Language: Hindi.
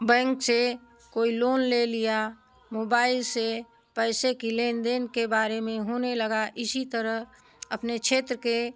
बैंक से कोई लोन ले लिया मोबाइल से पैसे की लेन देन के बारे में होने लगा इसी तरह अपने क्षेत्र के